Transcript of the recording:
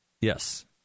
Yes